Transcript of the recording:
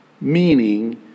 meaning